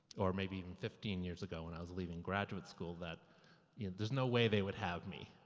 or maybe even fifteen years ago when i was leaving graduate school that yeah there's no way they would have me.